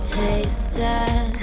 tasted